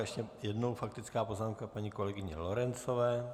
Ještě jednou faktická poznámka paní kolegyně Lorencové.